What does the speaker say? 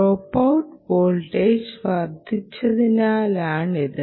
drop out voltage വർദ്ധിച്ചതിനാലാണിത്